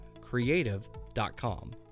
creative.com